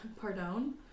Pardon